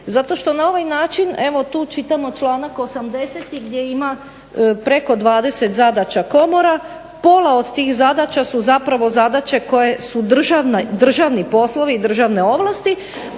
zato što na ovaj način, evo tu čitamo članak 80.gdje ima preko 20 zadaća komora, pola od tih zadaća su zapravo zadaće koje su državni poslovi i državne ovlasti